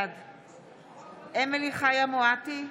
בעד אמילי חיה מואטי,